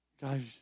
Guys